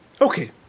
Okay